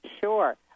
Sure